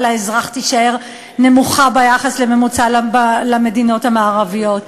לאזרח תישאר נמוכה ביחס לממוצע למדינות המערביות,